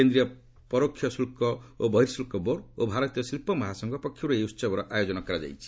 କେନ୍ଦ୍ରୀୟ ପରକ୍ଷ ଶୁଳ୍କ ଓ ବର୍ହିଶୁଳ୍କ ବୋର୍ଡ ଓ ଭାରତୀୟ ଶିଳ୍ପ ମହାସଂଘ ପରୋକ୍ଷ ଏହି ଉତ୍ସବର ଆୟୋଜନ କରାଯାଇଛି